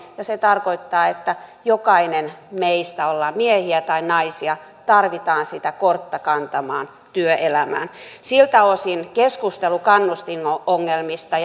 ja se tarkoittaa että jokainen meistä olemme miehiä tai naisia tarvitaan sitä kortta kantamaan työelämään siltä osin keskustelu kannustinongelmista